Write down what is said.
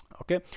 Okay